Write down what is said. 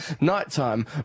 Nighttime